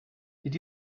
did